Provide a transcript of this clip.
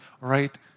right